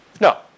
No